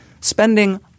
spending